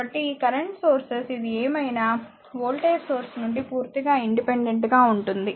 కాబట్టి ఈ current source ఇది ఏమైనా వోల్టేజ్ సోర్స్ నుండి పూర్తిగా ఇండిపెండెంట్ గా ఉంటుంది